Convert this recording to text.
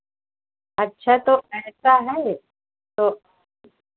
अच्छा तो ऐसा है तो